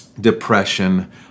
depression